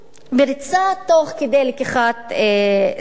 בריצה, תוך כדי לקיחת סיכונים.